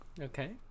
Okay